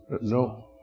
no